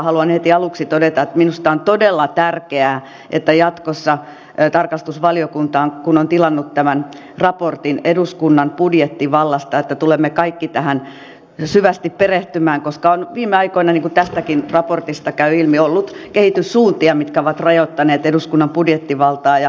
haluan heti aluksi todeta että minusta on todella tärkeää että jatkossa tarkastusvaliokunta kun on tilannut tämän raportin eduskunnan budjettivallasta tulemme kaikki tähän syvästi perehtymään koska on viime aikoina niin kuin tästäkin raportista käy ilmi ollut kehityssuuntia mitkä ovat rajoittaneet eduskunnan budjettivaltaa